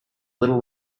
little